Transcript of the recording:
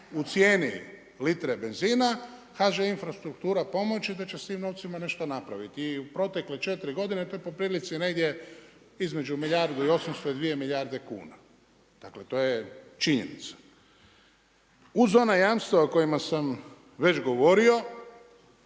u cijeni litre benzina, HŽ infrastruktura pomoći i da će se s tim novcima nešto napraviti i u protekle 4 godine, to je po prilici negdje između milijardu i 800 i 2 milijarde kuna. Dakle to je činjenica. Uz ona jamstva o kojima sam već govorio